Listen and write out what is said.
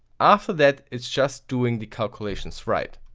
after that it's just doing the calculations right.